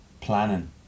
planning